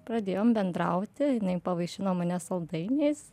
pradėjom bendrauti jinai pavaišino mane saldainiais